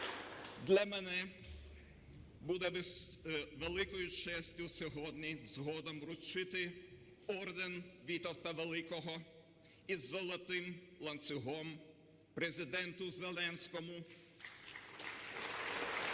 Для мене буде великою честю сьогодні згодом вручити орден Вітовта Великого із злотим ланцюгом Президенту Зеленському, а